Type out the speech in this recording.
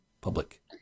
public